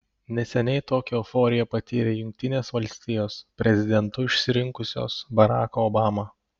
neseniai tokią euforiją patyrė jungtinės valstijos prezidentu išsirinkusios baracką obamą